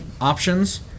options